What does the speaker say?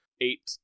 eight